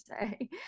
say